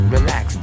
Relax